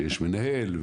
יש מנהל,